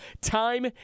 time